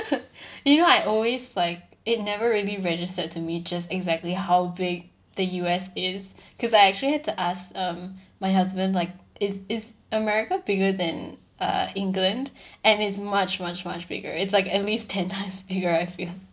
you know I always like it never really registered to me just exactly how big the U_S is cause I actually had to ask um my husband like is is america bigger than uh england and it's much much much bigger it's like at least ten times bigger I feel